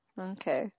Okay